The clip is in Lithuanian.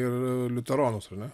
ir liuteronuas ar ne